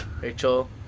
Rachel